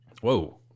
Whoa